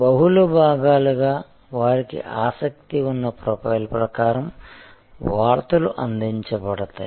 బహుళ భాగాలుగా వారికి ఆసక్తి ఉన్న ప్రొఫైల్ ప్రకారం వార్తలు అందించబడతాయి